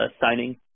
signing